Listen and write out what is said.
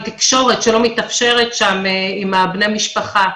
תקשורת שלא מתאפשרת שם עם בני המשפחה.